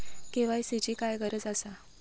KYC ची काय गरज आसा?